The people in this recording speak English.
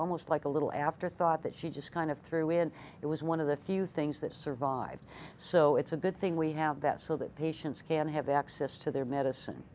almost like a little afterthought that she just kind of threw in it was one of the few things that survived so it's a good thing we have that so that patients can have access to their medicine